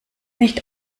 nicht